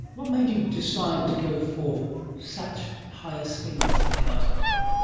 what made you decide to go for such higher speeds in cars like that?